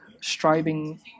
striving